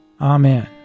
Amen